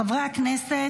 חברי הכנסת,